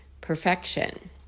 perfection